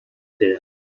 there